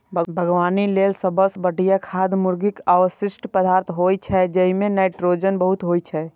बागवानी लेल सबसं बढ़िया खाद मुर्गीक अवशिष्ट पदार्थ होइ छै, जइमे नाइट्रोजन बहुत होइ छै